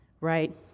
right